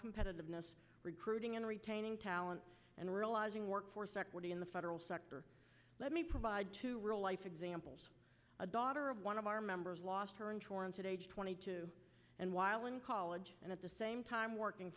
competitiveness recruiting and retaining talent and realizing workforce equity in the federal sector let me provide to real life examples a daughter of one of our members lost her insurance at age twenty two and while in college and at the same time working